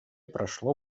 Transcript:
прошло